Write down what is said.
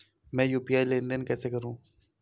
मैं यू.पी.आई लेनदेन कैसे करूँ?